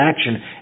action